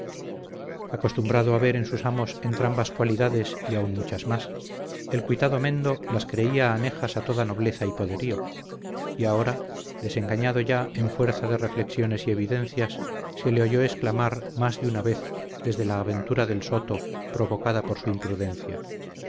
acostumbrado a ver en sus amos entrambas cualidades y aún muchas más el cuitado mendo las creía anejas a toda nobleza y poderío y ahora desengañado ya en fuerza de reflexiones y evidencias se le oyó exclamar más de una vez desde la aventura del soto provocada por su imprudencia